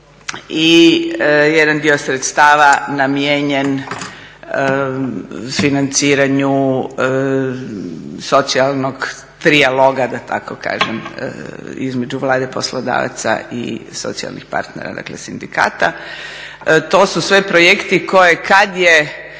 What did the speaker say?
i jedan dio sredstava namijenjen financiranju socijalnog trijaloga da tako kažem između Vlade, poslodavaca i socijalnih partnera dakle sindikata. To su sve projekti koje kad su